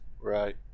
Right